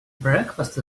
breakfast